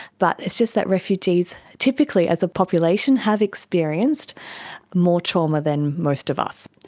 but it's just that refugees typically as a population have experienced more trauma than most of us.